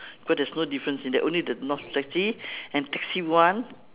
but there's no difference in there only the north taxi and taxi one